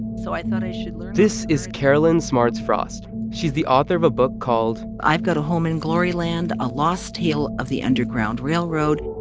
so i thought i should learn. this is karolyn smardz frost. she's the author of a book called. i've got a home in glory land a lost tale of the underground railroad.